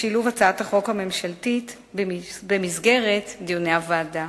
תשולב בהצעת החוק הממשלתית, במסגרת דיוני הוועדה.